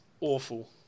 awful